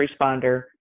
responder